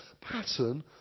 pattern